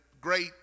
great